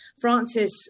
Francis